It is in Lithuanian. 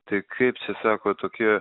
tai kaip čia sako tokie